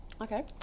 Okay